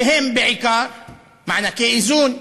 והן בעיקר מענקי איזון,